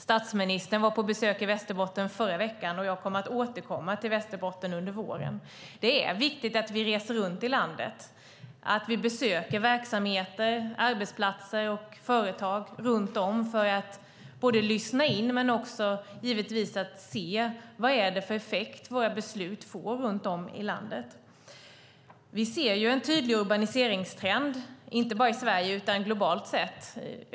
Statsministern var på besök i Västerbotten förra veckan, och jag kommer att återkomma till Västerbotten under våren. Det är viktigt att vi reser runt i landet, att vi besöker verksamheter, arbetsplatser och företag för att lyssna på och se vilka effekter våra beslut får runt om i landet. Vi ser en tydlig urbaniseringstrend, inte bara i Sverige utan globalt sett.